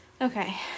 Okay